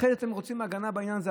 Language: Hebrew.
אחרי זה אתם רוצים הגנה בעניין הזה.